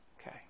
Okay